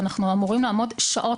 ואנחנו אמורים לעמוד שעות.